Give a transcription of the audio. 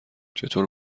چطور